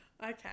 Okay